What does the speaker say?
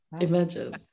imagine